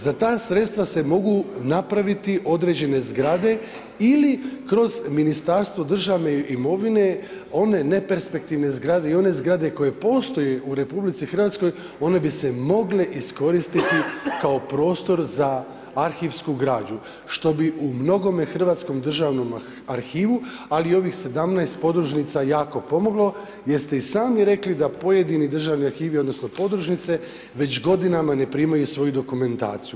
Za ta sredstva se mogu napraviti određene zgrade ili kroz Ministarstvo državne imovine one neperspektivne zgrade i one zgrade koje postoje u RH, one bi se mogle iskoristiti kao prostor za arhivsku građu što bi umnogome Hrvatskom državnom arhivu, ali i ovih 17 podružnica jako pomoglo jer ste i sami rekli da pojedini državni arhivi, odnosno podružnice već godinama ne primaju svoju dokumentaciju.